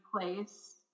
place